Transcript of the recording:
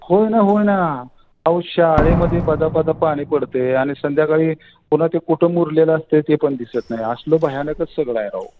होय ना होय ना अहो शाळेमध्ये बदाबदा पाणी पडत आहे आणि संध्याकाळी पुन्हा ते कुटुंब उरलेलं असतंय ते पण दिसत नाही असलं भयानकच सगळं आहे राव